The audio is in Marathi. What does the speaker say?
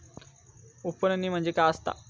उफणणी म्हणजे काय असतां?